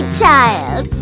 child